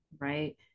right